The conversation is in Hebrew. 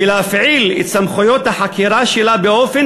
ולהפעיל את סמכויות החקירה שלה באופן